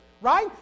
right